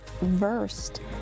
versed